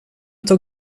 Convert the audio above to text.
tog